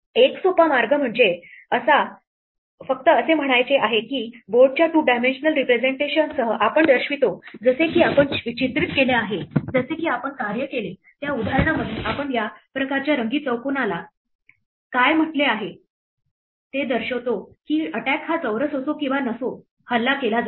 एक सोपा मार्ग म्हणजे फक्त असे म्हणायचे आहे की बोर्डच्या टू डायमेन्शनल रिप्रेझेंटेशन सह आपण दर्शवितो जसे की आपण चित्रित केले आहे जसे की आपण कार्य केले त्या उदाहरणामध्ये आपण या प्रकारच्या रंगीत चौकोनाला काय म्हटले आहे ते दर्शवितो की attack हा चौरस असो किंवा नसो हल्ला केला जातो